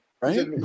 Right